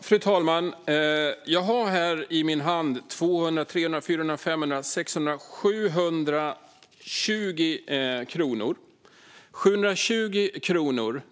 Fru talman! Jag har här i min hand 720 kronor.